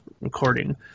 Recording